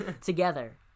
together